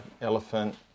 Elephant